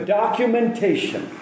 documentation